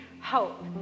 hope